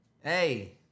Hey